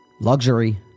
Luxury